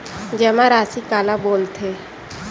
जमा राशि काला बोलथे?